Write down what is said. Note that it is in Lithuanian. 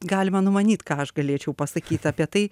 galima numanyt ką aš galėčiau pasakyt apie tai